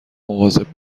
مواظب